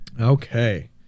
Okay